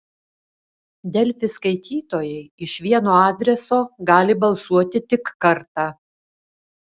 delfi skaitytojai iš vieno adreso gali balsuoti tik kartą